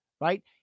right